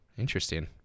Interesting